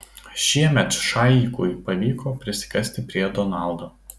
šiemet šaikui pavyko prisikasti prie donaldo